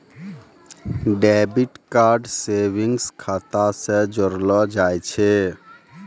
debit card savings खाता से जोड़लो जाय छै